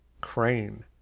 crane